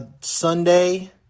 sunday